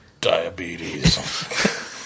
diabetes